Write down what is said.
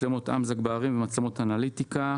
מצלמות אמז"ק בערים ומצלמות אנליטיקה.